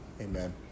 Amen